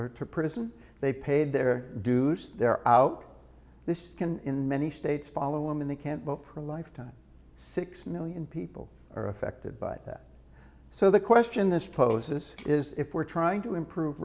jail to prison they paid their dues they're out this skin many states follow them and they can't vote for a lifetime six million people are affected by that so the question this poses is if we're trying to improve